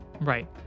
Right